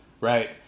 right